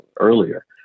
earlier